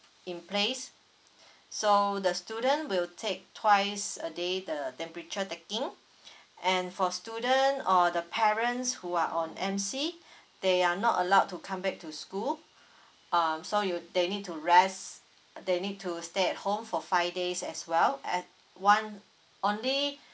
in place so the student will take twice a day the temperature taking and for student or the parents who are on M C they are not allowed to come back to school um so you they need to rest they need to stay at home for five days as well at one only